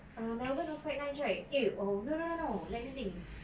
err melbourne was quite nice right eh or no no no no let me think